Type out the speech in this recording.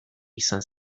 izan